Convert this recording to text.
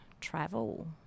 travel